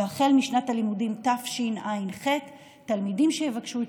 והחל משנת הלימודים תשע"ח תלמידים שיבקשו את